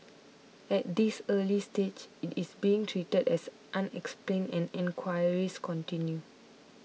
at this early stage it is being treated as unexplained and enquiries continue